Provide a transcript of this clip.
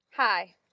Hi